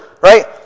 Right